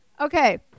Okay